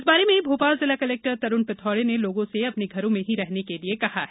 इस बारे में भोपाल जिला कलेक्टर तरूण पिथौडे ने लोगों से अपने घरों में ही रहने के लिए कहा है